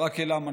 ברק עילם,